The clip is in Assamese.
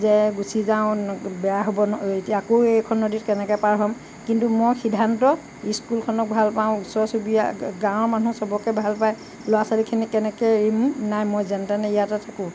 যে গুচি যাওঁ বেয়া হ'ব এতিয়া আকৌ এইখন নদী কেনেকৈ পাৰ হ'ম কিন্তু মই সিদ্ধান্ত স্কুলখনক ভাল পাওঁ ওচৰ চুবুৰীয়া গাঁৱৰ মানুহ সবকে ভাল পায় ল'ৰা ছোৱালীখিনি কেনেকৈ এৰিম নাই মই যেনে তেনে ইয়াতে থাকোঁ